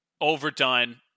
Overdone